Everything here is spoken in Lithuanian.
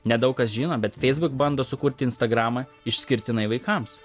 nedaug kas žino bet facebook bando sukurti instagramą išskirtinai vaikams